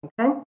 okay